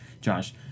Josh